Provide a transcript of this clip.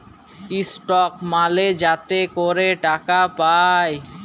stock মালে যাতে ক্যরে টাকা পায়